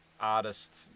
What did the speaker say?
artist